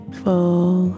full